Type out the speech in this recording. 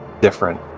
different